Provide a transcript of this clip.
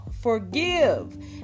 forgive